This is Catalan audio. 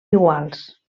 iguals